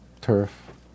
turf